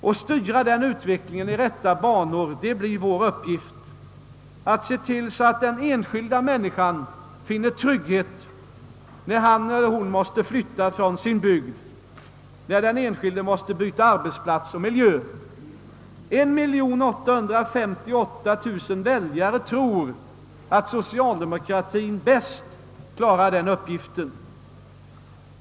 Att styra den utvecklingen i rätta banor blir vår uppgift — att se till att den enskilde finner trygghet när han eller hon måste flytta från sin bygd, måste byta arbetsplats och miljö. 1858 000 väljare tror att socialdemokratien bäst klarar den uppgiften.